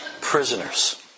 prisoners